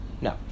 No